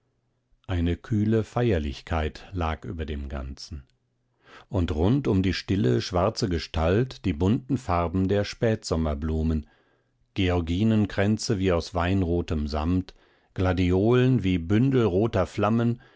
eine kühle feierlichkeit lag über dem ganzen und rund um die stille schwarze gestalt die bunten farben der spätsommerblumen georginenkränze wie aus weinrotem samt gladiolen wie bündel roter flammen